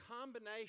combination